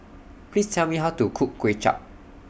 Please Tell Me How to Cook Kway Chap